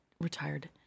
retired